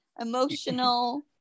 emotional